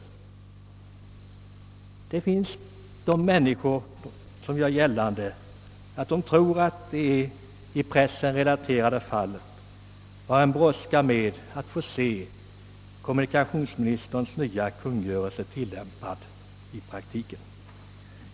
Det finns människor som gör gällande att man i det i pressen relaterade fallet hade bråttom med att få se kommunikationsministerns nya kungörelse tillämpad i praktiken.